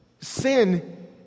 sin